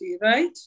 right